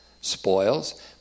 Spoils